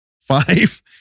five